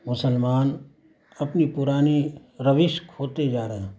مسلمان اپنی پرانی روش کھوتے جا رہے ہیں